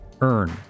earn